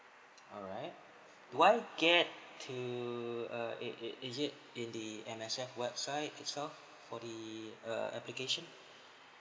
alright do I get to uh it it is it in the M_S_F website itself for the err application